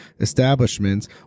establishments